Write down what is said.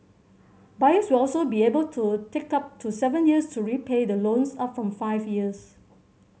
buyers will also be able to take up to seven years to repay the loans up from five years